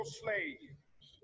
slaves